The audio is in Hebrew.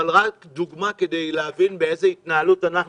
דוגמה כדי להבין באיזו התנהלות אנחנו,